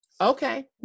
Okay